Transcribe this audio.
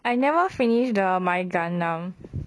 I never finish the my gangnam